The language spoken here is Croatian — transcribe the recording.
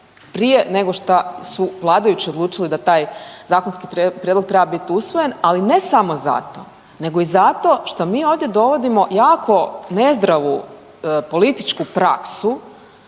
prije nego šta su vladajući odlučili da taj zakonski prijedlog treba bit usvojen, ali ne samo zato, nego i zato što mi ovdje dovodimo jako nezdravu političku praksu